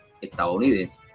estadounidense